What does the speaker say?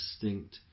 distinct